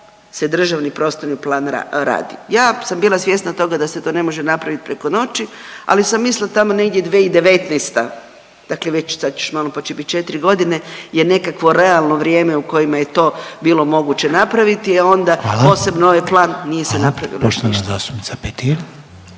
se državni prostorni plan radi. Ja sam bila svjesna toga da se to ne može napravit preko noći, ali sam mislila tamo negdje 2019., dakle već sad će još malo pa će bit četri godine je nekakvo realno vrijeme u kojima je to bilo moguće napraviti …/Upadica Reiner: Hvala./…, a onda posebno ovaj plan nije se napravilo još ništa.